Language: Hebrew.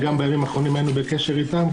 וגם בימים האחרונים היינו בקשר אתם.